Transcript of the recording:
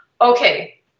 okay